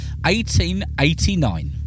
1889